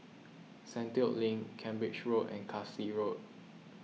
Sentul Link Cambridge Road and Carlisle Road